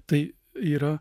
tai yra